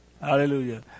Hallelujah